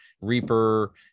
reaper